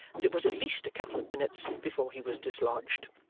that it was at least a couple of minutes before he was dislodged.